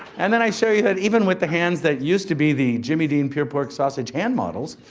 and then i show you that even with the hands that used to be the jimmy dean pure pork sausage hand models,